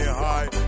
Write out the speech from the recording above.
high